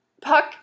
Puck